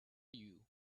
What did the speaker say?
you